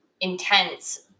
intense